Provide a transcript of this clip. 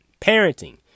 parenting